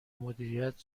مدیریت